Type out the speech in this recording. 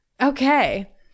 Okay